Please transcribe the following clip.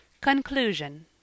CONCLUSION